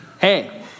Hey